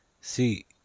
See